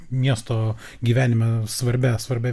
miesto gyvenime svarbia svarbia